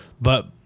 But-